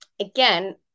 again